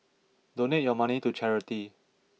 donate your money to charity